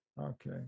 okay